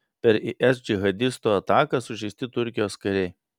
per is džihadistų ataką sužeisti turkijos kariai